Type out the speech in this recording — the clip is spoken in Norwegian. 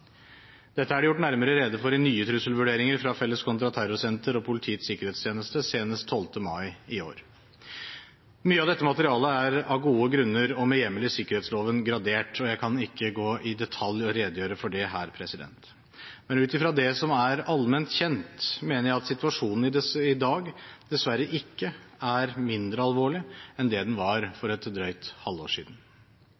Dette er det gjort nærmere rede for i nye trusselvurderinger fra Felles kontraterrorsenter og Politiets sikkerhetstjeneste, senest 12. mai i år. Mye av dette materialet er av gode grunner og med hjemmel i sikkerhetsloven gradert, og jeg kan ikke gå i detalj og redegjøre for dette her. Men ut fra det som er allment kjent, mener jeg at situasjonen i dag dessverre ikke er mindre alvorlig enn det den var for et drøyt halvår siden.